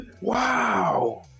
Wow